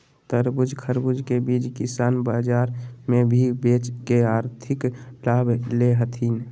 तरबूज, खरबूज के बीज किसान बाजार मे भी बेच के आर्थिक लाभ ले हथीन